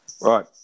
Right